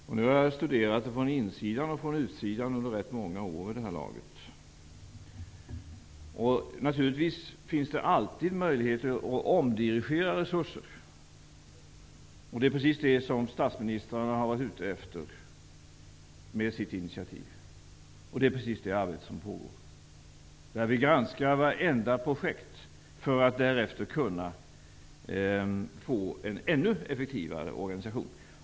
Vid det här laget har jag under ganska många år studerat det både från insidan och från utsidan. Naturligtvis finns det alltid möjligheter att omdirigera resurser. Det är just vad statsministrarna med sitt initiativ har varit ute efter, och det är precis det arbete som nu pågår. Varenda projekt granskas för att de därefter skall kunna få en ännu effektivare organisation.